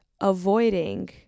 avoiding